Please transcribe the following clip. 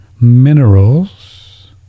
minerals